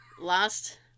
Last